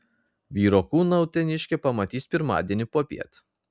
vyro kūną uteniškė pamatys pirmadienį popiet